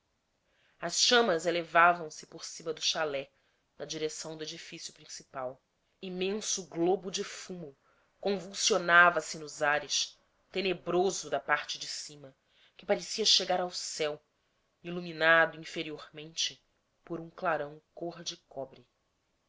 as chamas elevavam se por cima do chalé na direção do edifício principal imenso globo de fumo convulsionava se nos ares tenebroso da parte de cima que parecia chegar ao céu iluminado inferiormente por um clarão cor de cobre